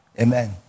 Amen